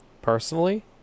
personally